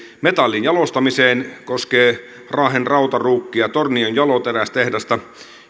metallin jalostamiseen koskee raahen rautaruukkia tornion jaloterästehdasta